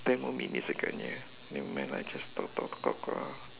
ten more minutes agaknya nevermid lah just talk talk talk lah